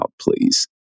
please